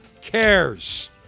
cares